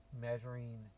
measuring